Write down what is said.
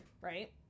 right